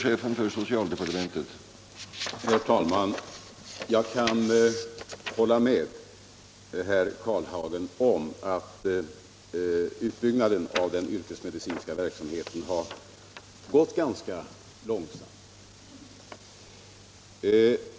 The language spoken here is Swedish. Herr talman! Jag kan hålla med herr Karlehagen om att utbyggnaden av den yrkesmedicinska verksamheten har gått ganska långsamt.